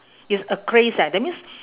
it's a craze eh that means